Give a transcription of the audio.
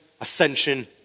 ascension